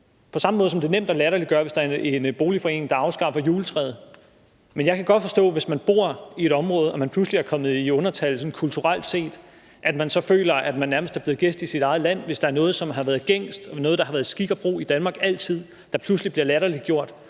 på samme måde, som det er nemt at latterliggøre det, hvis der er en boligforening, der afskaffer juletræet. Men jeg kan godt forstå, at man, hvis man bor i et område og pludselig er kommet i undertal kulturelt set, føler, at man nærmest er blevet gæst i sit eget land, hvis noget, der har været gængs og skik og brug i Danmark altid, pludselig bliver latterliggjort